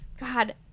God